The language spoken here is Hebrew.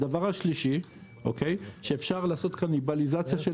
הדבר השלישי, שאפשר לעשות קניבליזציה של